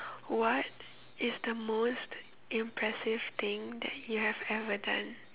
what is the most impressive thing that you have ever done